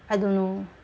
I don't know